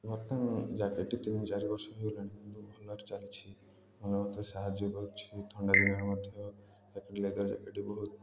ବର୍ତ୍ତମାନ ଜ୍ୟାକେଟ୍ଟି ତିନି ଚାରି ବର୍ଷ ହୋଇ ଗଲାଣି କିନ୍ତୁ ଭଲରେ ଚାଲିଛି ଭଲ ମତେ ସାହାଯ୍ୟ କରୁଛି ଥଣ୍ଡା ଦିନରେ ମଧ୍ୟ ଜ୍ୟାକେଟ୍ ଲେଦର୍ ଜ୍ୟାକେଟ୍ ବହୁତ